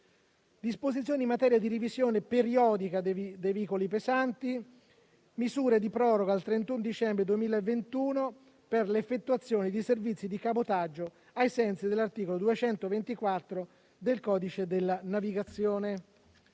disposizioni in materia di revisione periodica dei veicoli pesanti; misure di proroga al 31 dicembre 2021 per l'effettuazione di servizi di cabotaggio, ai sensi dell'articolo 224 del codice della navigazione.